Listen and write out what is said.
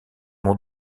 nom